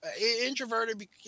introverted